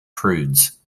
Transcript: prudes